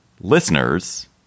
Listeners